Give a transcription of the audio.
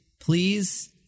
please